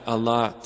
Allah